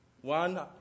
one